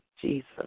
Jesus